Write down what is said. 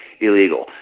illegal